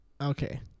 Okay